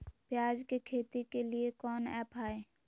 प्याज के खेती के लिए कौन ऐप हाय?